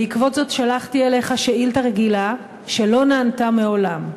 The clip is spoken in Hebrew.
בעקבות זאת שלחתי אליך שאילתה רגילה שלא נענתה מעולם.